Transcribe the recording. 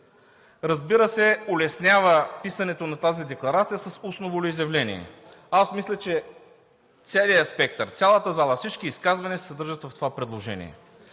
Разбира се, улеснява писането на тази декларация с устно волеизявление. Аз мисля, че целият спектър, цялата зала, всички изказвания се съдържат в това предложение.